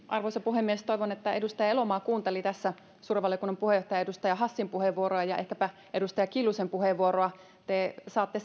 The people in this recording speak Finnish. arvoisa puhemies toivon että edustaja elomaa kuunteli tässä suuren valiokunnan puheenjohtajan edustaja hassin puheenvuoroa ja ehkäpä edustaja kiljusen puheenvuoroa te saatte